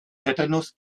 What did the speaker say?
tetanus